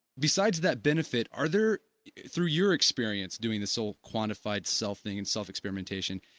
besides that benefit are there through your experience doing the sole quantified self thing and self experimentation,